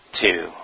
two